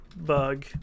bug